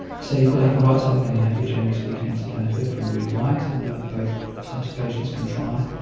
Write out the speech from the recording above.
so you've got to have a right-sided hemianopia, generally speaking, to benefit from read-right, although both types of patients can try,